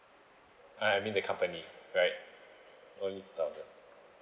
I I mean the company right only two thousand